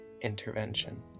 intervention